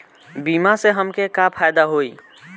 बीमा से हमके का फायदा होई?